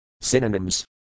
Synonyms